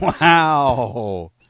Wow